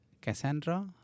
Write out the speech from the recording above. Cassandra